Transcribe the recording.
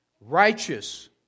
Righteous